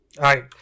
right